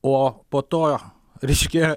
o po to ryškėja